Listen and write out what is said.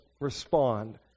respond